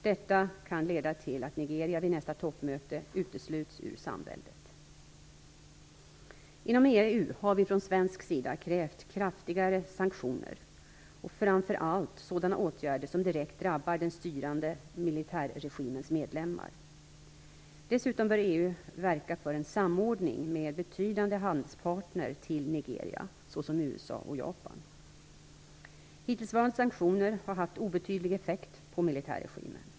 Detta kan leda till att Nigeria vid nästa toppmöte utesluts ur Samväldet. Inom EU har vi från svensk sida krävt kraftigare sanktioner och framför allt sådana åtgärder som direkt drabbar den styrande militärregimens medlemmar. Dessutom bör EU verka för en samordning med betydande handelspartner till Nigeria såsom USA och Japan. Hittillsvarande sanktioner har haft obetydlig effekt på militärregimen.